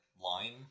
line